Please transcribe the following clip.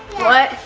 what?